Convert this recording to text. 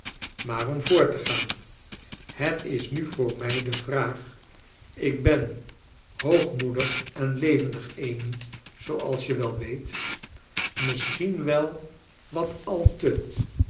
maar om voort te gaan het is nu voor mg de vraag ik ben hoogmoedig en levendig amy zooals je wel weet misschien wel wat al te